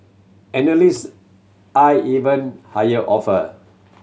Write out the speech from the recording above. analyst eyed even higher offer